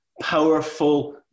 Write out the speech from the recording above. powerful